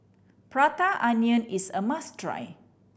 Prata Onion is a must try